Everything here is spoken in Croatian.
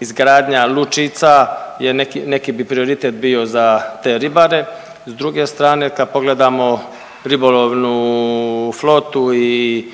izgradnja lučica neki bi prioritet bio za te ribare. S druge strane kad pogledamo ribolovnu flotu i